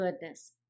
goodness